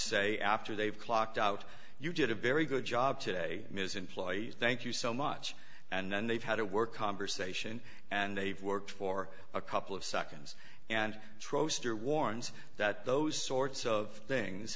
say after they've clocked out you did a very good job today ms employees thank you so much and then they've had to work conversation and they've worked for a couple of seconds and you're warns that those sorts of things